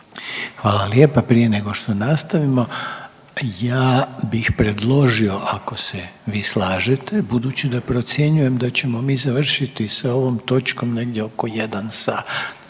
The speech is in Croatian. Hvala lijepa. Prije nego što nastavimo ja bih predložio ako se vi slažete budući da procjenjujem da ćemo mi završiti sa ovom točkom negdje oko 1 sat,